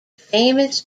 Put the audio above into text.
famous